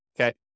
Okay